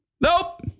nope